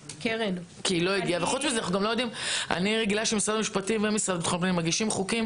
חוץ מזה אני רגילה שמשרד המשפטים והמשרד לביטחון פנים מגישים חוקים